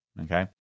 okay